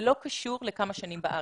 זה לא קשור למספר השנים בארץ.